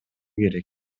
керек